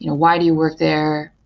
you know why do you work there?